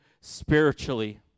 spiritually